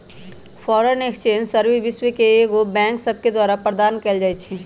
foreign exchange service विश्व के कएगो बैंक सभके द्वारा प्रदान कएल जाइ छइ